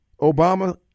Obama